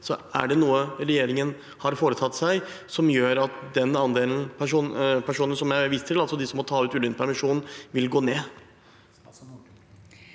Er det noe regjeringen har foretatt seg som gjør at andelen av de personene som jeg viste til, de som må ta ut ulønnet permisjon, vil gå ned?